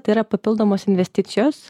tai yra papildomos investicijos